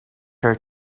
her